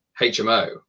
hmo